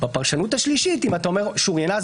בפרשנות השלישית אם אתה אומר שוריינה,